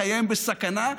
חייהם בסכנה,